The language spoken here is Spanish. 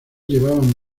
llevaban